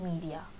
media